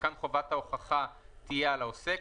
וכאן חובת ההוכחה תהיה על העוסק.